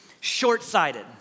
short-sighted